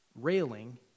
railing